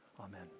Amen